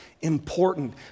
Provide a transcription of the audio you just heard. important